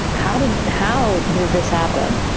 how did how did this happen?